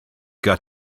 got